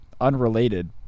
unrelated